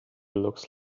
looks